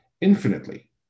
infinitely